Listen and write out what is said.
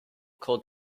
cold